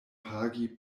pagi